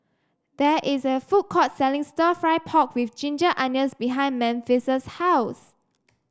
there is a food courts selling stir fry pork with Ginger Onions behind Memphis' house